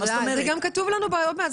ככה מתנהלים בחיים.